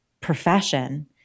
profession